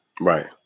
Right